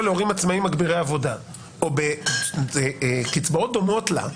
להורים עצמאים מגבירי עבודה או בקצבאות דומות לה,